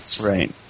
Right